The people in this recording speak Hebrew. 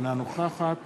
אינה נוכחת